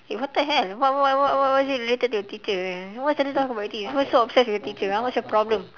eh what the hell what what what what is it related to your teacher why suddenly talk about him why you so obsessed with your teacher ah what's your problem